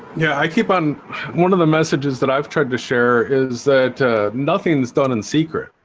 yeah, i keep on one of the messages that i've tried to share is that nothing's done in secret?